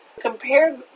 Compare